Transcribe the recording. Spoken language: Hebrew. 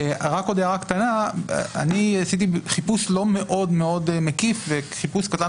עוד הערה קטנה: חיפשתי חיפוש לא מאוד מאוד מקיף וחיפוש קטן